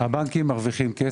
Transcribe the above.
הבנקים מרוויחים כסף.